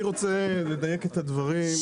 אני רוצה לדייק את הדברים,